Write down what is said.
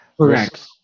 Correct